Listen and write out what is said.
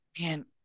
man